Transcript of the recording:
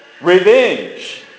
revenge